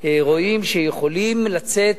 רואים שיכולים לצאת